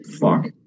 fuck